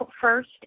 first